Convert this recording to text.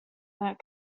that